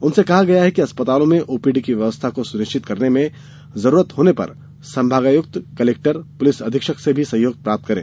उनसे कहा गया है कि अस्पतालों में ओपीडी की व्यवस्थाओं को सुनिश्चित करने में जरूरत होने पर संभागायुक्त कलेक्टर पुलिस अधीक्षक से भी सहयोग प्राप्त करें